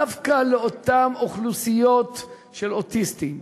דווקא אותן אוכלוסיות של אוטיסטים,